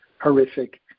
horrific